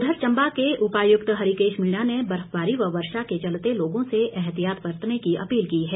उधर चंबा के उपायुक्त हरिकेष मीणा ने बर्फबारी व वर्षा के चलते लोगों से एहतियात बरतने की अपील की है